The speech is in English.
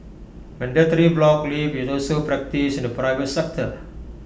mandatory block leave is also practised in the private sector